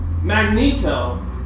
Magneto